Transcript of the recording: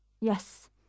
Yes